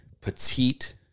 petite